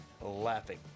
Laughing